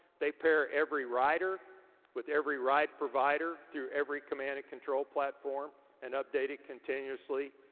they pair every rider with every ride provider through every command and control platform and updated continuously.